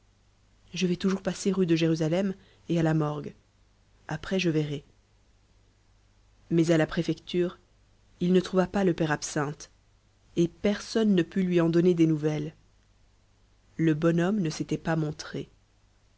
je vais toujours passer rue de jérusalem et à la morgue après je verrai mais à la préfecture il ne trouva pas le père absinthe et personne ne put lui en donner des nouvelles le bonhomme ne s'était pas montré